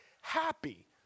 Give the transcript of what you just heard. happy